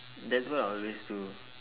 that's what I always do